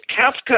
Kafka